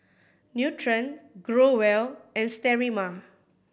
Nutren Growell and Sterimar